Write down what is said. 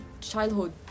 childhood